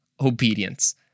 obedience